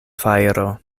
fajro